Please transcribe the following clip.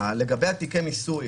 לגבי תיקי המיסוי,